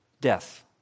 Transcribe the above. Death